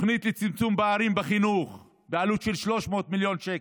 תוכנית לצמצום פערים בחינוך בעלות של 300 מיליון שקל,